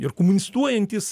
ir komunistuojantys